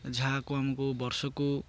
ଯାହାକୁ ଆମକୁ ବର୍ଷକୁ